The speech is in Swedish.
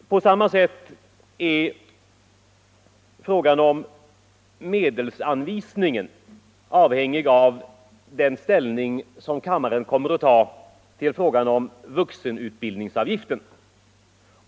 På samma sätt är frågan om medelsanvisningen avhängig av kammarens ställningstagande till vuxenutbildningsavgiften.